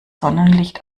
sonnenlicht